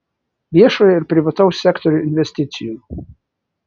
viešojo ir privataus sektorių investicijų